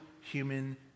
human